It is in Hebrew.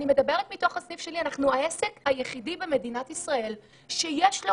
אנחנו העסק היחידי במדינת ישראל שיש לו